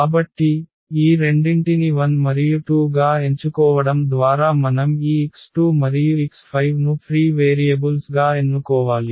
కాబట్టి ఈ రెండింటిని 1 మరియు 2 గా ఎంచుకోవడం ద్వారా మనం ఈ x2 మరియు x5 ను ఫ్రీ వేరియబుల్స్ గా ఎన్నుకోవాలి